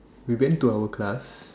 we went to our class